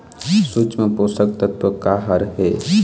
सूक्ष्म पोषक तत्व का हर हे?